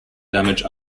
damage